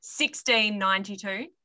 1692